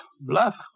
Bluff